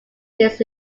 this